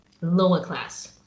lower-class